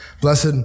Blessed